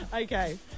Okay